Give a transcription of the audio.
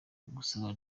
gusaba